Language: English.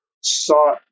sought